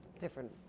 different